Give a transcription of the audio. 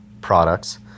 products